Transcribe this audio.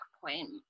point